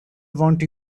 want